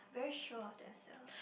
very sure of themselves